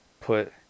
put